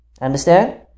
Understand